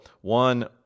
one